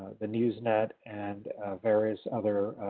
the newsnet and various others